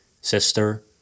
sister